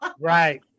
Right